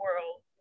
world